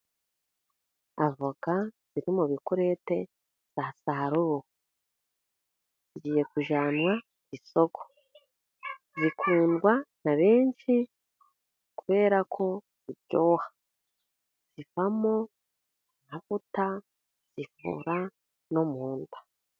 Avoka ziri mu bikurete, za saruwe zigiye kujyanwa ku isoko, zikundwa na benshi kubera ko ziryoha, zivamo amavuta, zivura no mu nda.